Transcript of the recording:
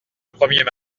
premier